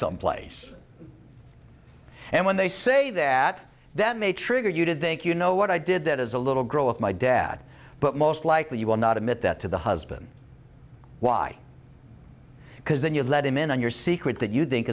someplace and when they say that then they triggered you did think you know what i did that is a little girl with my dad but most likely you will not admit that to the husband why because then you let him in on your secret that you think